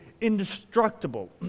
indestructible